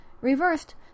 Reversed